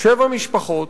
שבע משפחות.